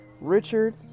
Richard